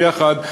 ביחד,